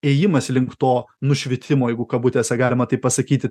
ėjimas link to nušvitimo jeigu kabutėse galima taip pasakyti